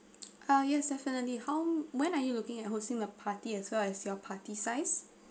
uh yes definitely how when are you looking at hosting the party as well as your party size